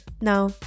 Now